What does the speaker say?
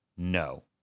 No